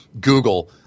Google